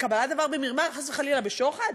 בקבלת דבר במרמה, חס וחלילה בשוחד?